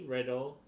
Riddle